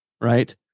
Right